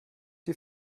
die